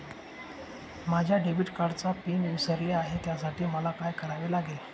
माझ्या डेबिट कार्डचा पिन विसरले आहे त्यासाठी मला काय करावे लागेल?